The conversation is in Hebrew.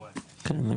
אם - שבוע פחות יום.